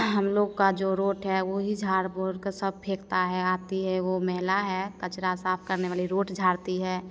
हमलोग की जो रोड है वहीं झाड़ बहोरकर सब फेंकता है आती है एगो महिला है कचरा साफ़ करने वाली रोड झाड़ती है